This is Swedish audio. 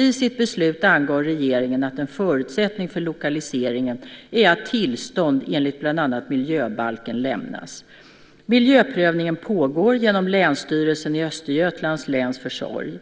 I sitt beslut angav regeringen att en förutsättning för lokaliseringen är att tillstånd enligt bland annat miljöbalken lämnas. Miljöprövningen pågår genom Länsstyrelsen i Östergötlands läns försorg.